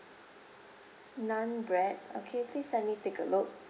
naan bread okay please let me take a look